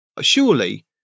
Surely